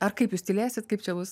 ar kaip jūs tylėsit kaip čia bus